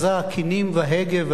קינים והגה והי,